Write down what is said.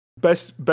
best